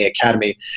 Academy